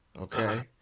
okay